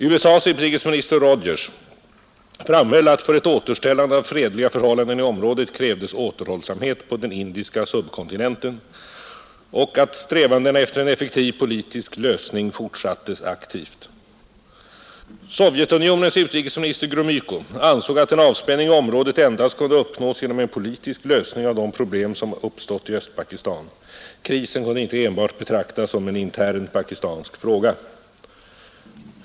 USA:s utrikesminister Rogers framhöll att för ett återställande av fredliga förhållanden i området krävdes återhållsamhet på den indiska subkontinenten och att strävandena efter en effektiv politisk lösning fortsattes aktivt. Sovjetunionens utrikesminister Gromyko ansåg att en avspänning i området endast kunde uppnås genom en politisk lösning av de problem som uppstått i Östpakistan. Krisen kunde inte enbart betraktas som en intern pakistansk fråga.